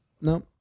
no